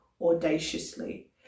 audaciously